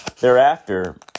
thereafter